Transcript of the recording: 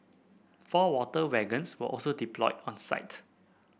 four water wagons were also deployed on site